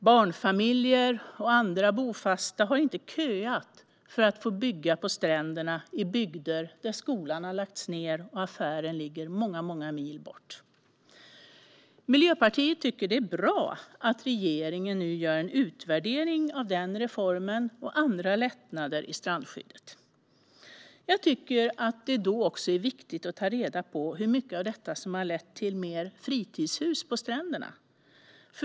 Barnfamiljer och andra bofasta har inte köat för att få bygga på stränderna i bygder där skolan har lagts ned och affären ligger många mil bort. Miljöpartiet tycker att det är bra att regeringen nu gör en utvärdering av den reformen och andra lättnader i strandskyddet. Jag tycker att det då också är viktigt att ta reda på hur mycket av detta som har lett till mer fritidshus på stränderna.